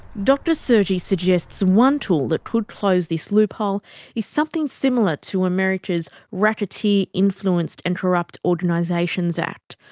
dr sergi suggests one tool that could close this loophole is something similar to america's racketeer influenced and corrupt organizations act,